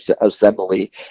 Assembly